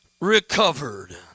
recovered